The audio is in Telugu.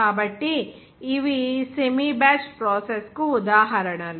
కాబట్టి ఇవి సెమీ బ్యాచ్ ప్రాసెస్ కు ఉదాహరణలు